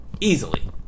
Easily